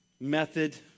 method